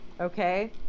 okay